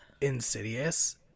insidious